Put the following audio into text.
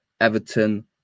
Everton